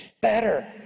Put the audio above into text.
better